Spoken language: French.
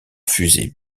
fusées